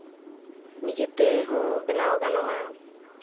ᱱᱤᱡᱮ ᱛᱮ ᱦᱚᱸ ᱵᱮᱱᱟᱣ ᱜᱟᱱᱚᱜᱼᱟ